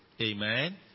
Amen